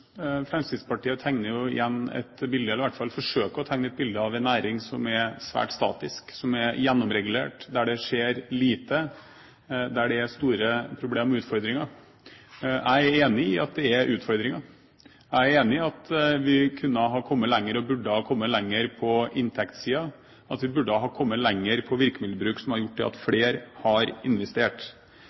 Fremskrittspartiet tegner jo igjen, eller i hvert fall forsøker å tegne, et bilde av en næring som er svært statisk, som er gjennomregulert, der det skjer lite, og der det er store problemer og utfordringer. Jeg er enig i at det er utfordringer. Jeg er enig i at vi kunne ha kommet lenger og burde ha kommet lenger på inntektssiden, at vi burde ha kommet lenger på virkemiddelbruk som kunne gjort at flere hadde investert.